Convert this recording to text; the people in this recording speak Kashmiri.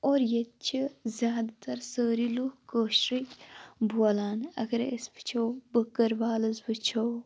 اور ییٚتہِ چھِ زیادٕ تَر سٲری لُکھ کٲشرُے بولان اَگَرَے أسۍ وُچھو بٔکٕروالٕز وُچھو